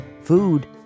Food